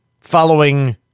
following